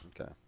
Okay